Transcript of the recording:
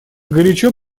горячо